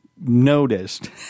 noticed